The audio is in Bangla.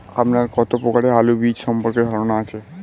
আপনার কত প্রকারের আলু বীজ সম্পর্কে ধারনা আছে?